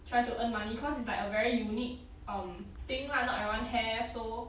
try to earn money cause it's like a very unique um thing lah not everyone have so